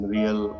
real